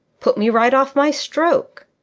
put me right off my stroke.